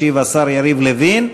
ישיב השר יריב לוין.